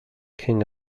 king